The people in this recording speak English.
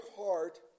heart